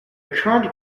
current